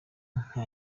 nka